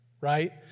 right